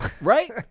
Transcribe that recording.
right